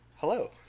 Hello